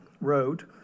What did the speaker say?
wrote